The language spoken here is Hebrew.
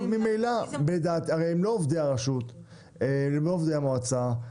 ממילא הם לא עובדי הרשות, הם לא עובדי המועצה.